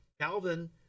Calvin